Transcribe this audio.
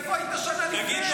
איפה היית שנה לפני?